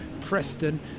Preston